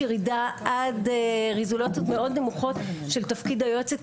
ירידה עד רזולוציות מאוד נמוכות של תפקיד היועצת,